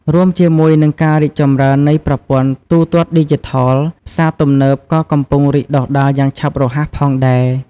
រួមជាមួយនឹងការរីកចម្រើននៃប្រព័ន្ធទូទាត់ឌីជីថល ផ្សារទំនើបក៏កំពុងរីកដុះដាលយ៉ាងឆាប់រហ័សផងដែរ។